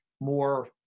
more